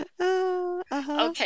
Okay